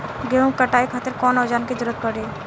गेहूं के कटाई खातिर कौन औजार के जरूरत परी?